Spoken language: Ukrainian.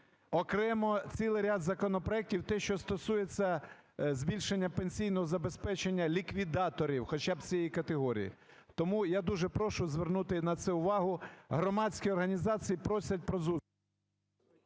Окремо цілий ряд законопроектів, те, що стосується збільшення пенсійного забезпечення ліквідаторів, хоча б цієї категорії. Тому я дуже прошу звернути на це увагу. Громадські організації просять про…